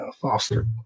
foster